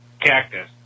Cactus